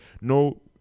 no